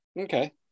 Okay